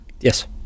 Yes